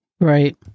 Right